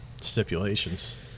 stipulations